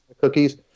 cookies